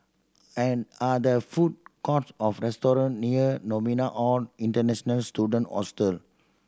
an are there food courts or restaurant near Novena Hall International Students Hostel